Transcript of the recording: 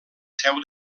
seu